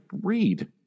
read